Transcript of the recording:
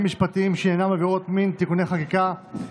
משפטיים שעניינם עבירות מין (תיקוני חקיקה)